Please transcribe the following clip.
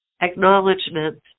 acknowledgement